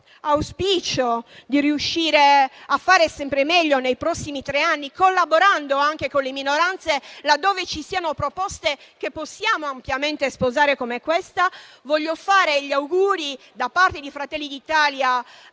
l'auspicio di riuscire a fare sempre meglio nei prossimi tre anni, collaborando anche con le minoranze, laddove ci siano proposte che possiamo ampiamente sposare come questa, voglio fare gli auguri da parte di Fratelli d'Italia